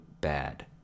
bad